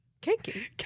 Kinky